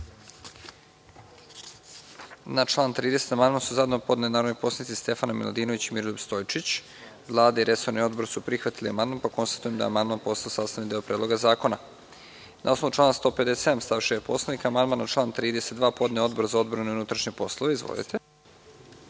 Na član 30. amandman su zajedno podneli narodni poslanici Stefana Miladinović i Miroljub Stojčić. Vlada i resorni odbor su prihvatili amandman. Konstatujem da je amandman postao sastavni deo Predloga zakona. Na osnovu člana 157. stav 6. Poslovnika, amandman na član 32. podneo je Odbor za odbranu i unutrašnje poslove. Izvolite.